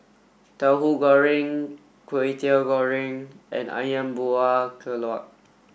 Tauhu Goreng Kway Teow Goreng and Ayam Buah Keluak